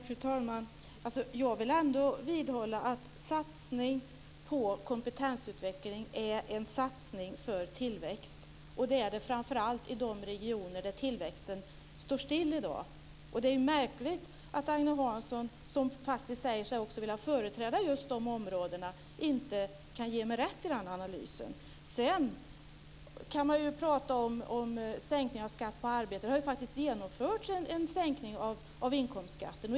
Fru talman! Jag vill ändå vidhålla att satsning på kompetensutveckling är en satsning för tillväxt. Det är det framför allt i de regioner där tillväxten står stilla i dag. Det är märkligt att Agne Hansson som faktiskt säger sig vilja företräda just de områdena inte kan ge mig rätt i den analysen. Sedan kan man ju prata om sänkning av skatt på arbete, och det har faktiskt genomförts en sänkning av inkomstskatten.